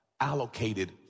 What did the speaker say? allocated